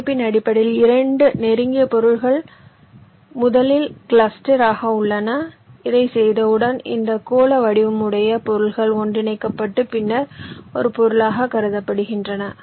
இணைப்பின் அடிப்படையில் 2 நெருங்கிய பொருள்கள் முதலில் கிளஸ்டர் ஆக உள்ளன இதைச் செய்தவுடன் இந்த கோள வடிவுடையபொருள்கள் ஒன்றிணைக்கப்பட்டு பின்னர் ஒரு பொருளாகக் கருதப்படுகின்றன